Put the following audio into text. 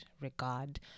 regard